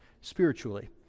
spiritually